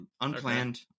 Unplanned